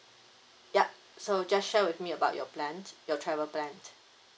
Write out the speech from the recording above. yup so just share with me about your plan your travel plan